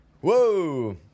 Whoa